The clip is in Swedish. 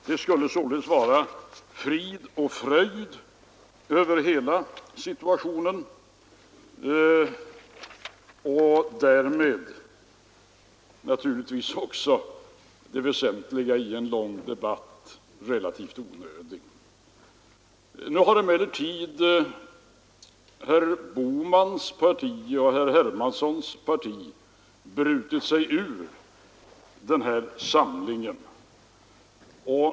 Det skulle således vara frid och fröjd över hela situationen, och därmed skulle också i det väsentliga en lång debatt vara relativt onödig. Nu har emellertid herrar Bohmans och Hermanssons partier brutit sig ur den här samlingen.